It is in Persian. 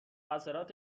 اثرات